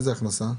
איזו הכנסה?